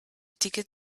ticket